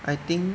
I think